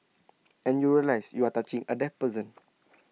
and you realise you are touching A dead person